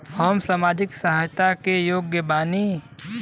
हम सामाजिक सहायता के योग्य बानी?